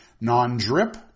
Non-drip